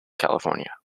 california